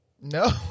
no